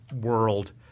world